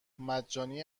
مجانی